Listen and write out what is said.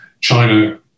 China